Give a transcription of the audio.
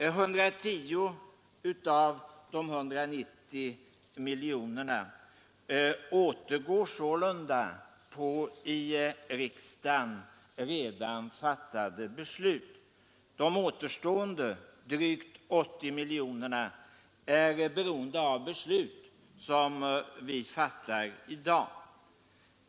110 av de 190 miljonerna återgår på i riksdagen redan fattade beslut. De återstående drygt 80 miljonerna är beroende av beslut som vi fattar i dag.